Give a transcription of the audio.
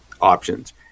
options